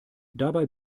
dabei